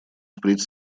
впредь